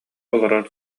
олорор